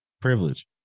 privilege